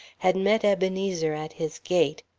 had met ebenezer at his gate,